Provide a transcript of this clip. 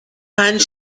پنج